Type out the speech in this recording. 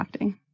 crafting